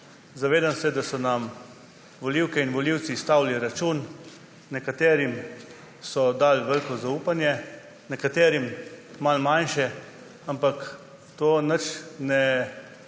Zavedam se, da so nam volivke in volivci izstavili račun. Nekaterim so dali veliko zaupanje, nekaterim malo manjše. Ampak to nič ne